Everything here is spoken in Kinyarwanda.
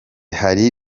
hari